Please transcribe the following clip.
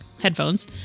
headphones